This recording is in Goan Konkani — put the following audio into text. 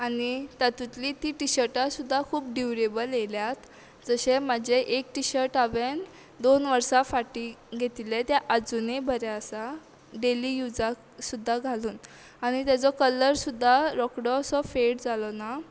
आनी तातुतलीं तीं टिशर्टां सुद्दां खूब ड्युरेबल येयल्यात जशें म्हाजें एक टिशर्ट हांवेन दोन वर्सां फाटी घेतिल्लें तें आजुनय बरें आसा डेली युजाक सुद्दां घालून आनी तेजो कलर सुद्दां रोखडो असो फेड जालो ना